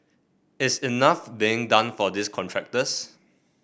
is enough being done for these contractors